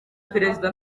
perezida